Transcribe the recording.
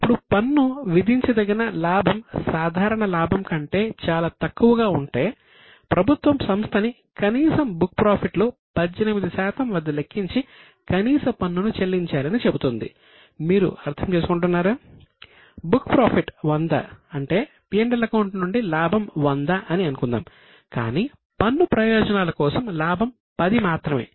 ఇప్పుడు పన్ను విధించదగిన లాభం సాధారణ లాభం కంటే చాలా తక్కువగా ఉంటే ప్రభుత్వం సంస్థని కనీసం బుక్ ప్రాఫిట్ 100 అంటే P L అకౌంట్ నుండి లాభం 100 అని అనుకుందాం కాని పన్ను ప్రయోజనాల కోసం లాభం 10 మాత్రమే